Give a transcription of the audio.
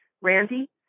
Randy